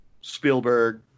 Spielberg